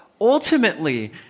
ultimately